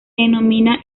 denomina